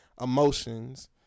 emotions